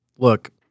Look